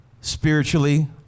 spiritually